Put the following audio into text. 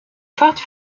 forte